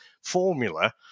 formula